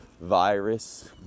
virus